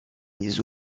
les